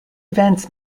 events